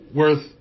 worth